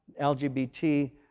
LGBT